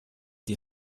die